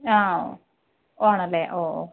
ആ ഓ ആണല്ലേ ഓ